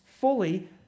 fully